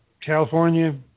California